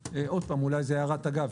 אולי זה הערת אגב,